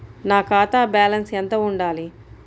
నా ఖాతా బ్యాలెన్స్ ఎంత ఉండాలి?